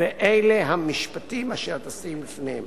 "ואלה המשפטים אשר תשים לפניהם"